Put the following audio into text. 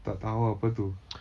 tak tahu apa tu